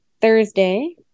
Thursday